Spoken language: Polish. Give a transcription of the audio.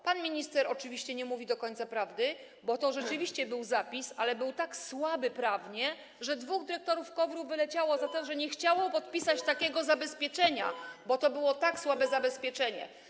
Pan minister oczywiście nie mówi do końca prawdy, bo tu rzeczywiście był zapis, ale był tak słaby prawnie, że dwóch dyrektorów KOWR wyleciało za to, że nie chciało podpisać takiego zabezpieczenia, bo to było tak słabe zabezpieczenie.